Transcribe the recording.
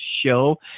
Show